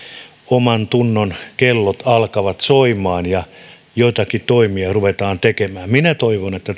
omantunnon kellot alkavat soimaan ja joitakin toimia ruvetaan tekemään minä toivon että